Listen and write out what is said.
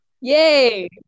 Yay